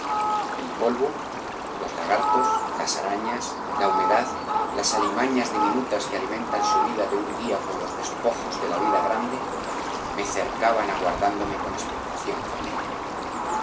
el polvo los lagartos las arañas la humedad las alimañas diminutas que alimentan su vida de un día con los despojos de la vida grande me cercaban aguarándome con expectación famélica